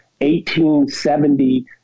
1870